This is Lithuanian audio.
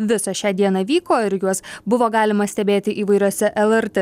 visą šią dieną vyko ir juos buvo galima stebėti įvairiose lrt